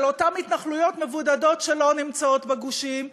של אותן התנחלויות מבודדות שלא נמצאות בגושים.